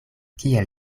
kiel